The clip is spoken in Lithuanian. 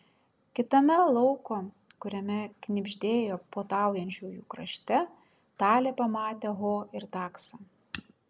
kitame lauko kuriame knibždėjo puotaujančiųjų krašte talė pamatė ho ir taksą